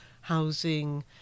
housing